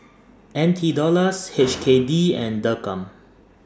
N T Dollars H K D and Dirham